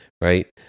right